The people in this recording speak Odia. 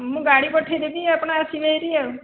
ମୁଁ ଗାଡ଼ି ପଠେଇଦେବି ଆପଣ ଆସିବେ ହେରି ଆଉ